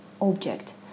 object